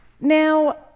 Now